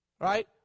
Right